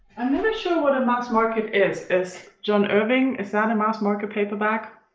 i'm never sure what a mass market is. is john irving, is that a mass-market paperback?